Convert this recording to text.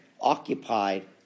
occupied